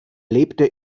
lebte